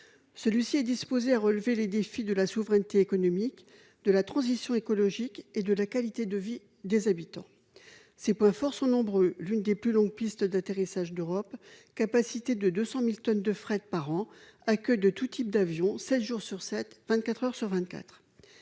aéroport est disposé à relever les défis de la souveraineté économique, de la transition écologique et de la qualité de vie des habitants. Ses points forts sont nombreux : une des plus longues pistes d'atterrissage d'Europe, une capacité de 200 000 tonnes de fret par an, un accueil de tous types d'avions, sept jours sur sept, vingt-quatre